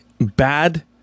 bad